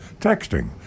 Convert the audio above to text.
Texting